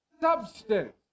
substance